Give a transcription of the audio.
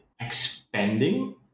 expanding